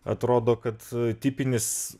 atrodo kad tipinis